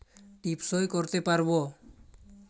টিপ সই করতে পারবো?